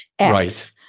Right